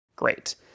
Great